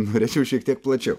norėčiau šiek tiek plačiau